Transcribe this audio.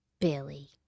billy